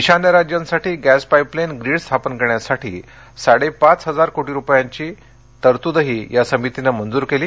ईशान्य राज्यांसाठी gas pipeline grid स्थापन करण्यासाठी साडे पाच हजार कोटी रुपयांची तरतूदही या समितीनं मंजूर केली